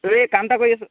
অ' এই কাম এটা কৰি আছোঁ